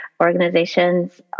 organizations